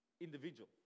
individual